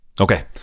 Okay